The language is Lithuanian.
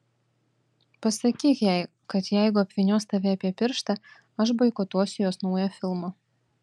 pasakyk jai kad jeigu apvynios tave apie pirštą aš boikotuosiu jos naują filmą